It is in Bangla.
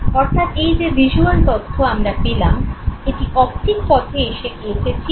অর্থাৎ এই যে ভিজ্যুয়াল তথ্য আমরা পেলাম এটি অপ্টিক পথে এসে গিয়েছে ঠিকই